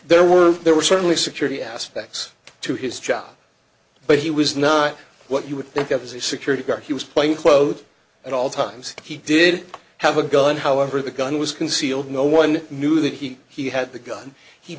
there were there were certainly security aspects to his job but he was not what you would think of as a security guard he was playing quote at all times he did have a gun however the gun was concealed no one knew that he he had the gun he